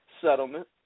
settlement